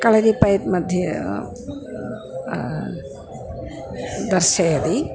कळरिपयट् मध्ये दर्शयति